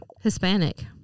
Hispanic